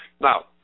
Now